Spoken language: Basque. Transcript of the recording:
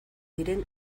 diren